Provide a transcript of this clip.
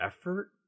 effort